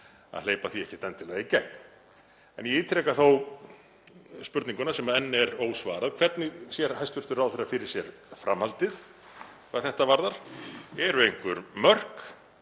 að hleypa því ekkert endilega í gegn. Ég ítreka þó spurninguna sem enn er ósvarað: Hvernig sér hæstv. ráðherra fyrir sér framhaldið hvað þetta varðar? Eru einhver mörk?